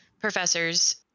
professors